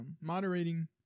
moderating